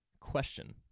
question